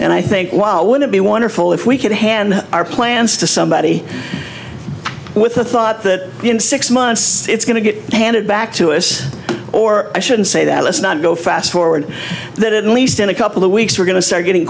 and i think wow would it be wonderful if we could hand our plans to somebody with the thought that in six months it's going to get handed back to us or i should say that let's not go fast forward that at least in a couple of weeks we're going to start getting